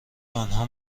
آنها